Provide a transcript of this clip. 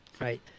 right